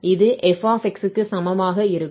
இது f க்கு சமமாக இருக்கும்